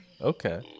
okay